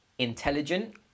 intelligent